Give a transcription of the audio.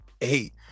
eight